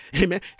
amen